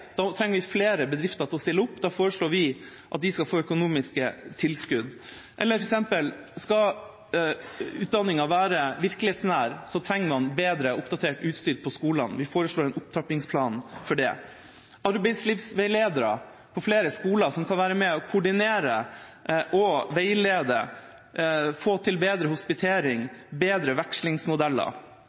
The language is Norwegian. Da trenger vi flere bedrifter til å stille opp, og da foreslår vi at de skal få økonomiske tilskudd. Eller f.eks.: Skal utdanninga være virkelighetsnær, trenger man bedre oppdatert utstyr på skolene. Vi foreslår en opptrappingsplan for det. Vi trenger arbeidslivsveiledere på flere skoler, som kan være med og koordinere og veilede. Vi vil få til bedre hospitering og bedre vekslingsmodeller.